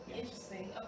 Interesting